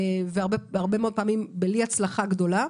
והרבה מאוד פעמים בלי הצלחה גדולה.